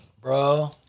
Bro